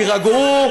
תירגעו,